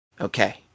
Okay